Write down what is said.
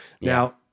Now